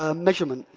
ah measurement.